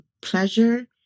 pleasure